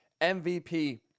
MVP